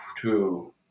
Two